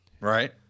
Right